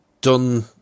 done